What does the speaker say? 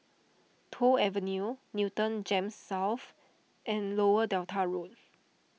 Toh Avenue Newton Gems South and Lower Delta Road